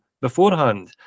beforehand